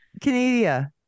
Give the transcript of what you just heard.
Canada